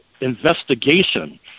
investigation